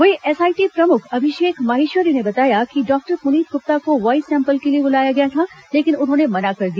वहीं एसआईटी प्रमुख अभिषेक माहेश्वरी ने बताया कि डॉक्टर पुनीत गुप्ता को वाईस सैम्पल के लिए बुलाया गया था लेकिन उन्होंने मना कर दिया